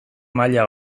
maila